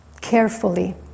carefully